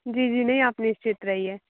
जी जी नहीं आप निश्चित रहिए